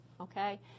Okay